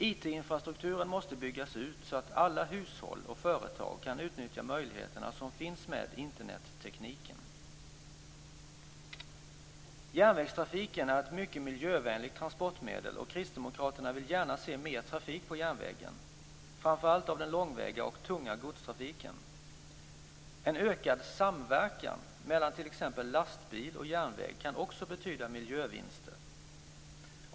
IT-infrastrukturen måste byggas ut så att alla hushåll och företag kan utnyttja möjligheterna som finns med Internettekniken. Järnvägstrafiken är ett mycket miljövänligt transportmedel och kristdemokraterna vill gärna se mer trafik på järnvägen, framför allt av den långväga och tunga godstrafiken. En ökad samverkan mellan t.ex. lastbil och järnväg kan också betyda miljövinster.